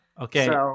okay